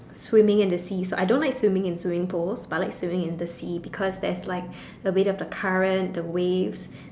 swimming in the seas I don't like swimming in swimming pools but I like swimming in the sea because the weight of the current the waves